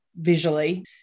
visually